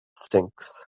stinks